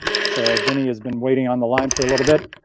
so, genny has been waiting on the line for a little bit.